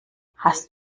hast